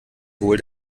wohl